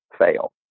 fail